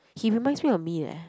he reminds me of me leh